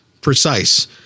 precise